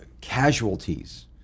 casualties